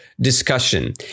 discussion